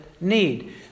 need